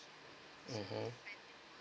mm